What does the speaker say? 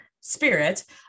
spirit